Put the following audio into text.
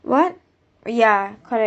what ya correct